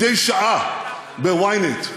מדי שעה ב-ynet,